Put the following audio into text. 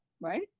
right